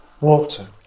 water